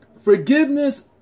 Forgiveness